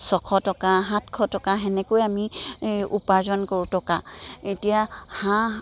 ছশ টকা সাতশ টকা সেনেকৈ আমি উপাৰ্জন কৰোঁ টকা এতিয়া হাঁহ